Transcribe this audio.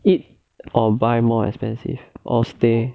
eat or buy more expensive or stay